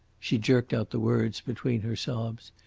she jerked out the words between her sobs.